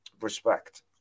respect